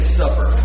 supper